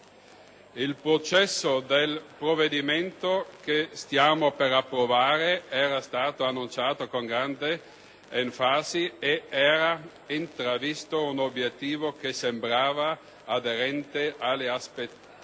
Il percorso del provvedimento che stiamo per approvare era stato annunciato con grande enfasi e si era intravisto un obiettivo, che sembrava aderente alle aspettative